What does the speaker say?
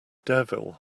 devil